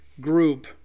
group